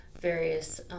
various